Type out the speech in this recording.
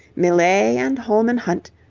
millais and holman hunt,